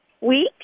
week